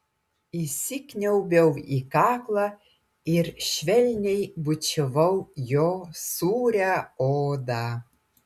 įsikniaubiau į kaklą ir švelniai bučiavau jo sūrią odą